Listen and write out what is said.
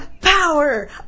power